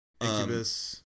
Incubus